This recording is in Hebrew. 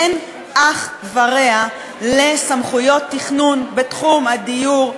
אין אח ורע לסמכויות תכנון בתחום הדיור,